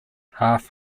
half